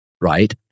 Right